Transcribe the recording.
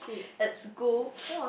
at school